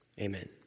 amen